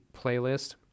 playlist